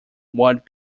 what